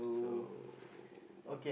so